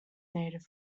native